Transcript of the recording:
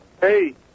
Hey